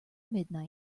midnight